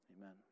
Amen